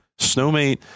snowmate